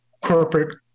corporate